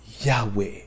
Yahweh